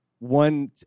One